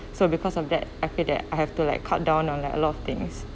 so because of that I feel that I have to like cut down on a lot of things